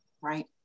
Right